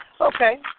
Okay